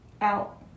Out